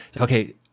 okay